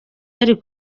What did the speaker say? yari